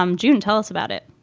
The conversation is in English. um june, tell us about it